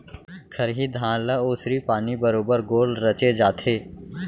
खरही धान ल ओसरी पानी बरोबर गोल रचे जाथे